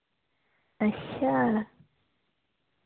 अच्छा